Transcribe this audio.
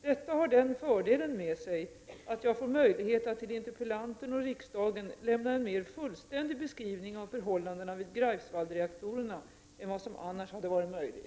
Detta har den fördelen med sig att jag får möjlighet att till interpellanten och riksdagen lämna en mer fullständig beskrivning av förhållandena vid Greifswaldsreaktorerna än vad som annars hade varit möjligt.